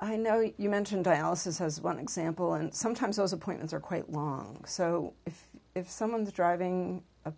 i know you mentioned dialysis as one example and sometimes those appointments are quite long so if if someone is driving a